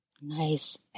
Nice